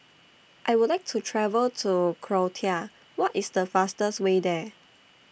I Would like to travel to Croatia What IS The fastest Way There